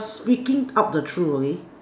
speaking up the true okay